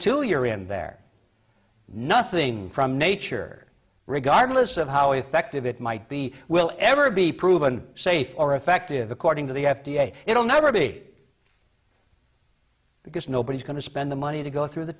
two you're in there nothing from nature regardless of how effective it might be will ever be proven safe or effective according to the you have to say it will never be because nobody's going to spend the money to go through the